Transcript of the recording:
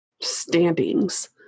standings